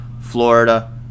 Florida